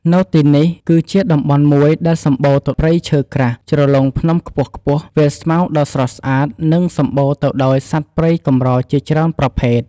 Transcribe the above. នៅទីនេះ គឺជាតំបន់មួយដែលសំបូរទៅព្រៃឈើក្រាស់ ជ្រលងភ្នំខ្ពស់ៗ វាលស្មៅដ៏ស្រស់ស្អាត និងសំបូរទៅដោយសត្វព្រៃកម្រជាច្រេីនប្រភេទ។